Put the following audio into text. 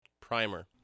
Primer